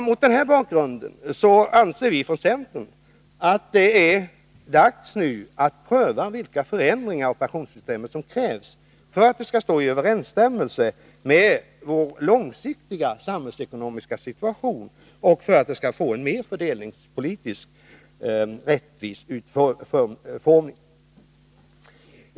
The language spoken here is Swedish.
Mot den här bakgrunden anser centern att det nu är dags att pröva vilka förändringar i pensionssystemet som krävs för att det skall stå i överensstämmelse med vår långsiktiga samhällssituation och för att det skall få en mer fördelningspolitiskt rättvis utformning.